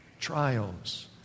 trials